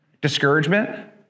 discouragement